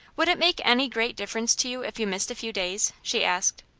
would it make any great difference to you if you missed a few days? she asked.